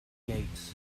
gates